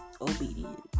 Obedience